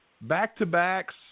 back-to-backs